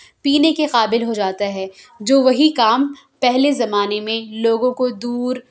پینے کے قابل ہوجاتا ہے جو وہی کام پہلے زمانے میں لوگوں کو دور